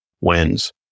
wins